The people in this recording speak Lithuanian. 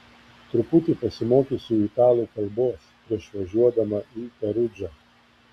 truputį pasimokysiu italų kalbos prieš važiuodama į perudžą